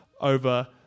over